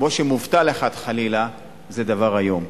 כמו שמובטל אחד, חלילה, זה דבר איום.